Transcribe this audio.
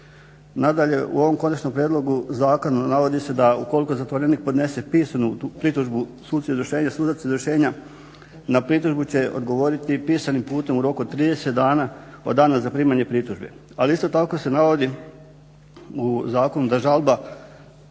u ovom konačnom prijedlogu zakona navodi se da ukoliko zatvorenik podnese pisanu pritužbu suci … sudac izvršenja na pritužbu će odgovoriti pisanim putem u roku od 30 dana od dana zaprimanja pritužbe, ali isto tako se navodi u zakonu da žalba